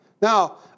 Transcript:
Now